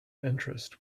interest